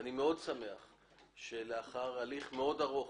אני מאוד שמח שלאחר הליך מאוד ארוך,